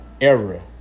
error